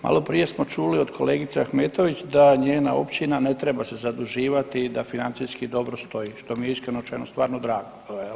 Malo prije smo čuli od kolegice Ahmetović da njega općina ne treba se zaduživati i da financijski dobro stoji što mi je iskreno rečeno stvarno drago.